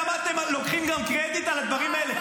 למה אתם לוקחים קרדיט גם על הדברים האלה?